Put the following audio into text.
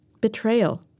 Betrayal